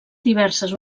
diverses